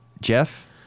Jeff